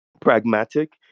pragmatic